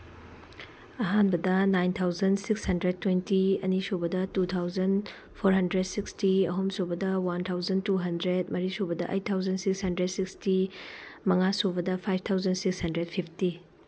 ꯑꯍꯥꯟꯕꯗ nine thousand six hundred twenty ꯑꯅꯤꯁꯨꯕꯗ two thousand four hundred sixty ꯑꯍꯨꯝ ꯁꯨꯕꯗ ꯋꯥꯟ ꯊꯥꯎꯖꯟ ꯇꯨ ꯍꯟꯗ꯭ꯔꯦꯗ ꯃꯔꯤ ꯁꯨꯕꯗ eight thousand six hundred sixty ꯃꯪꯉꯥ ꯁꯨꯕꯗ five thousand six hundred fifty